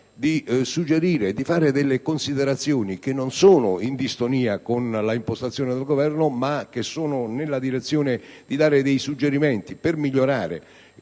di suggerire e di fare delle considerazioni che non sono in distonia con l'impostazione del Governo, ma che vanno nella direzione di dare suggerimenti per migliorare